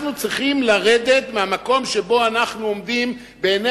אנחנו צריכים לרדת מהמקום שבו אנחנו עומדים בעיני